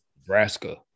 Nebraska